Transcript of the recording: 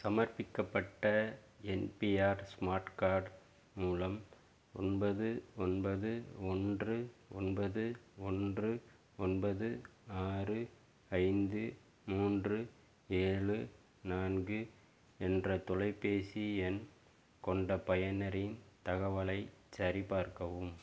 சமர்ப்பிக்கப்பட்ட NPR smart card மூலம் ஒன்பது ஒன்பது ஒன்று ஒன்பது ஒன்று ஒன்பது ஆறு ஐந்து மூன்று ஏழு நான்கு என்ற தொலைபேசி எண் கொண்ட பயனரின் தகவலைச் சரிபார்க்கவும்